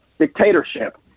dictatorship